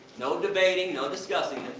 no debating, no discussing it.